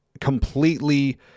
completely